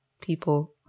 people-